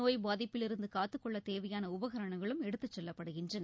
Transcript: நோய் பாதிப்பிலிருந்து காத்துக்கொள்ள தேவையான உபகரணங்களும் எடுத்துச்செல்லப்படுகின்றன